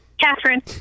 Catherine